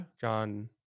John